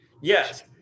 Yes